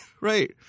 Right